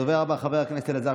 הדובר הבא, חבר הכנסת אלעזר